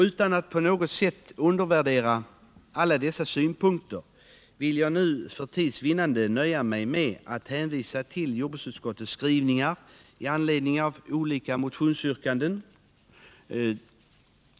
Utan att på något sätt undervärdera alla dessa synpunkter vill jag nu för tids vinnande nöja mig med att hänvisa till jordbruksutskottets skrivningar i anledning av olika motionsyrkanden.